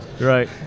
Right